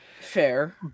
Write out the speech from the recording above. Fair